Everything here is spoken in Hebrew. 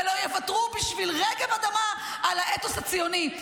ולא יוותרו בשביל רגב אדמה על האתוס הציוני.